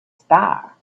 star